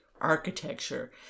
architecture